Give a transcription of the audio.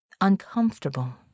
uncomfortable